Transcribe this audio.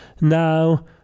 Now